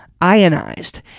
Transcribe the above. ionized